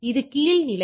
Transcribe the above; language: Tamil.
இது கீழ்நிலை